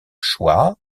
choix